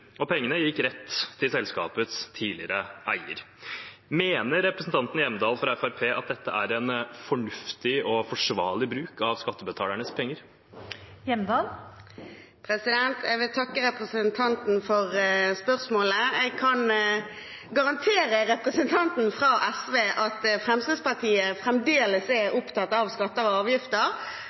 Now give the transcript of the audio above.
og pengene gikk rett til selskapets tidligere eier. Mener representanten Hjemdal fra Fremskrittspartiet at dette er en fornuftig og forsvarlig bruk av skattebetalernes penger? Jeg vil takke representanten for spørsmålet. Jeg kan garantere representanten fra SV at Fremskrittspartiet fremdeles er opptatt av skatter og avgifter.